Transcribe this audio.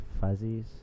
fuzzies